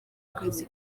akazi